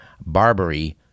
Barbary